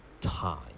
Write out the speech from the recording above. time